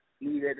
needed